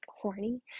horny